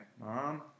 Mom